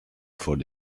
for